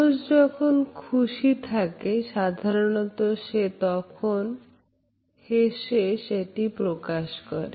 মানুষ যখন খুশি থাকে সাধারণত সে তখন হেসে সেটি প্রকাশ করে